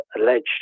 alleged